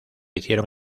hicieron